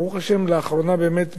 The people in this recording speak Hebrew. לאחרונה משפחות,